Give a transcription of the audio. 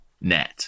net